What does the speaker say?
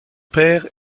père